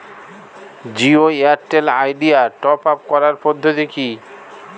Jio Airtel Idea top up করার পদ্ধতি কি?